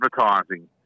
advertising